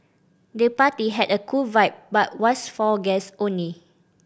the party had a cool vibe but was for guest only